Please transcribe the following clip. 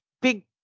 big